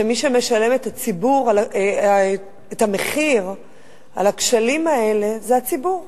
ומי שמשלם את המחיר על הכשלים האלה זה הציבור.